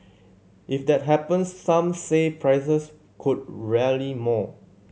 if that happens some said prices could rarely more